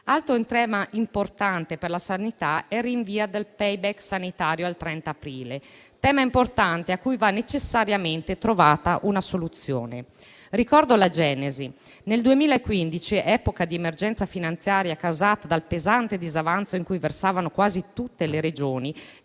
Altro tema importante per la sanità è il rinvio del *payback* sanitario al 30 aprile. Si tratta di un tema importante, per cui va necessariamente trovata una soluzione e di cui voglio ricordare la genesi. Nel 2015, epoca di emergenza finanziaria causata dal pesante disavanzo in cui versavano quasi tutte le Regioni,